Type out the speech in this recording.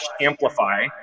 amplify